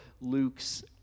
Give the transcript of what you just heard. Luke's